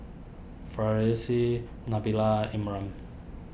Farish Nabila Imran